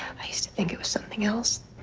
i used to think it was something else.